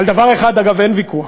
על דבר אחד, אגב, אין ויכוח.